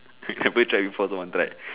never try before so want try